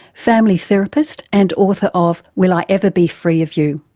family therapist and author of will i ever be free of you.